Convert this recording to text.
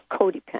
codependent